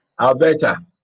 alberta